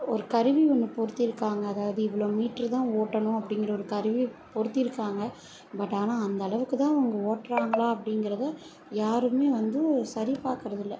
ஒரு கருவி ஒன்று பொருத்தியிருக்காங்க அதாவது இவ்வளோ மீட்ரு தான் ஓட்டணும் அப்படிங்கிற ஒரு கருவியை பொருத்தியிருக்காங்க பட் ஆனால் அந்தளவுக்குதான் அவங்க ஓட்டுறாங்களா அப்படிங்கறத யாருமே வந்து சரி பார்க்கறதில்ல